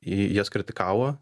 į jas kritikavo